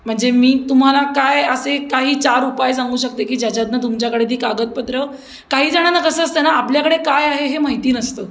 म्हणजे मी तुम्हाला काय असे काही चार उपाय सांगू शकते की ज्याच्यातनं तुमच्याकडे ती कागदपत्रं काही जणांना कसं असते ना आपल्याकडे काय आहे हे माहिती नसतं